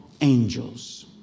angels